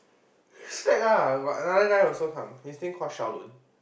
slack ah got another guy also come his name called Shao-Lun